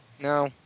No